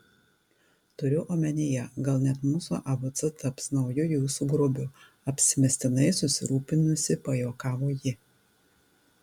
turiu omenyje gal net mūsų abc taps nauju jūsų grobiu apsimestinai susirūpinusi pajuokavo ji